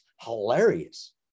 hilarious